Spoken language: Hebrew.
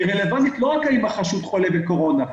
רלוונטית לא רק אם החשוד חולה בקורונה.